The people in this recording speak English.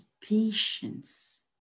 patience